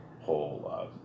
whole